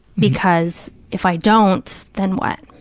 because, if i don't, then what?